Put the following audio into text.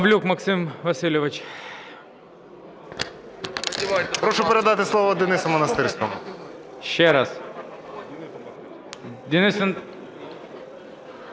Прошу передати слово Денису Монастирському.